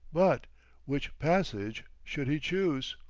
but which passage should he choose?